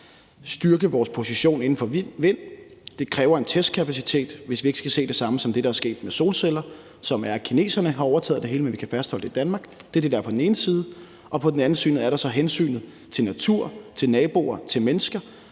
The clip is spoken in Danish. styrke vores position inden for vindenergi, og det kræver en testkapacitet, hvis vi ikke skal se det samme ske som det, der er sket med solceller, hvor kineserne har overtaget det hele, og vi skal fastholde det i Danmark – det er det, der er på den ene side – og på den anden side er der så hensynet til natur, til naboer og til mennesker.